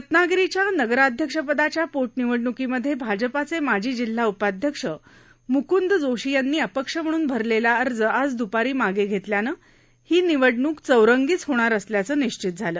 रत्नागिरीच्या नगराध्यक्षपदाच्या पोटनिवडण्कीमध्ये भाजपाचे माजी जिल्हा उपाध्यक्ष मुकंद जोशी यांनी अपक्ष म्हणून भरलेला अर्ज आज द्रपारी मागे घेतल्यानं ही निवडणूक चौरंगीच होणार असल्याचं निश्चित झालं